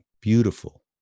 beautiful